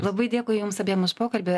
labai dėkui jums abiem už pokalbį